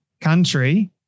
country